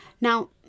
now